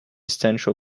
sancho